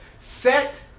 Set